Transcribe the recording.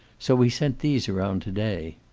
so he sent these around to-day.